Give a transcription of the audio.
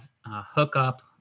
hookup